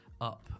up